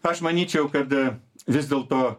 aš manyčiau kad vis dėlto